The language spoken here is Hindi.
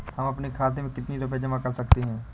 हम अपने खाते में कितनी रूपए जमा कर सकते हैं?